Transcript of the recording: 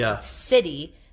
city